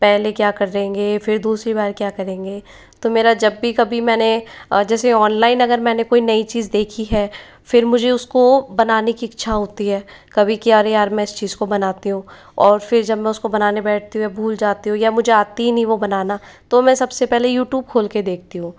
पहले क्या करेंगे फिर दूसरी बार क्या करेंगे तो मेरा जब भी कभी मैंने जैसे ऑनलाइन अगर मैंने कोई नई चीज देखी है फिर मुझे उसको बनाने की इच्छा होती है कभी कि अरे यार मैं इस चीज को बनाती हूँ और फिर जब मैं उसको बनाने बैठती हूँ या भूल जाती हूँ या मुझे आती ही नहीं वो बनाना तो मैं सबसे पहले यूट्यूब खोल के देखती हूँ